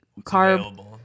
carb